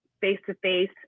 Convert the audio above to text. face-to-face